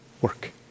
work